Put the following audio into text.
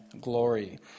glory